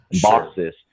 boxes